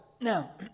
Now